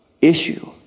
issue